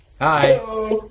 hi